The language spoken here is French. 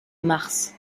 mars